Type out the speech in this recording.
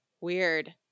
weird